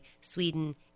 sweden